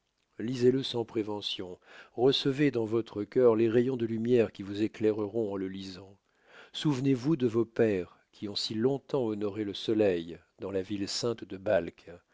lisez le sans prévention recevez dans votre cœur les rayons de lumière qui vous éclaireront en le lisant souvenez-vous de vos pères qui ont si longtemps honoré le soleil dans la ville sainte de balk